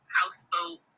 houseboat